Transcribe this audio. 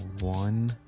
one